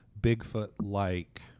Bigfoot-like